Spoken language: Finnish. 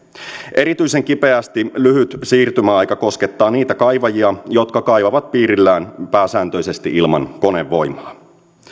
erityisen kipeästi lyhyt siirtymäaika koskettaa niitä kaivajia jotka kaivavat piirillään pääsääntöisesti ilman konevoimaa